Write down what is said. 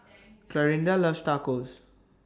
Clarinda loves Tacos